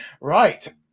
right